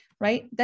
right